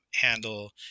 handle